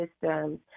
systems